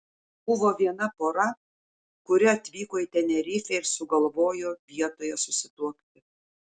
buvo viena pora kuri atvyko į tenerifę ir sugalvojo vietoje susituokti